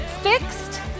Fixed